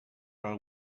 are